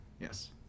Yes